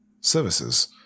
services